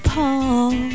Paul